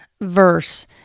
verse